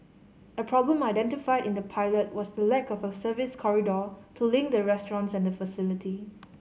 a problem identified in the pilot was the lack of a service corridor to link the restaurants and the facility